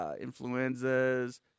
Influenzas